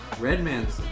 Redman's